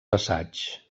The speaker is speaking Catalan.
assaigs